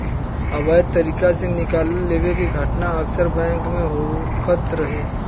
अवैध तरीका से निकाल लेवे के घटना अक्सर बैंक में होखत रहे